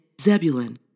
Zebulun